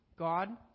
God